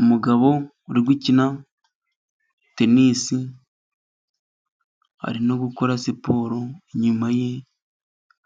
Umugabo uri gukina teninisi ari no gukora siporo, inyuma ye